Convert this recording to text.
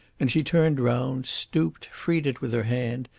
and she turned round, stooped, freed it with her hand,